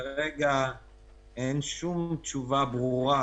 כרגע אין שום תשובה ברורה,